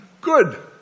good